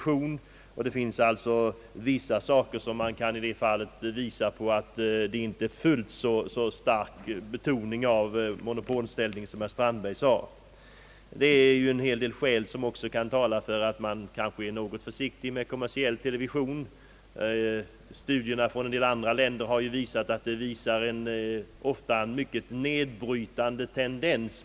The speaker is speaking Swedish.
Man kan alltså anföra en del omständigheter som tyder på att monopolställningen inte har fullt så stark betoning som herr Strandberg menade. Jag tror också att en rad skäl kan tala för att man är litet försiktig med kommersiell TV. Erfarenheterna från en del andra länder har dock ådagalagt att i synnerhet reklamen i TV ofta har en mycket nedbrytande tendens.